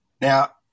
Now